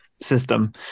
system